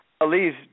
Elise